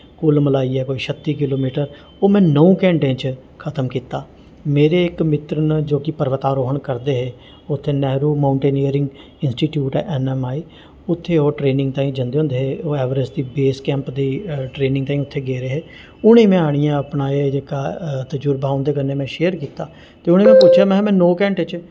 कुल मलाइयै कोई छत्ती किलोमीटर ओह् में नौ घैंटें च खतम कीता मेरे इक मित्तर न जो कि पर्वतारोहण करदे हे उत्थें नेहरू माउंटेनियरिंग इंस्टिट्यूट ऐ एन एम आई उत्थें ओह् ट्रेनिंग ताहीं जंदे होंदे हे ओह् एवरेस्ट दी बेस कैंप दी ट्रेनिंग ताहीं उत्थें गेदे हे उ'नें ई में आह्नियै अपना एह् जेह्का तजुर्बा उं'दे कन्नै में शेयर कीता ते उ'नें में पुच्छेआ में हा में नौ घैंटें च